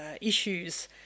issues